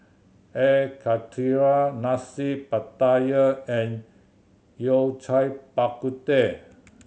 Air Karthira Nasi Pattaya and Yao Cai Bak Kut Teh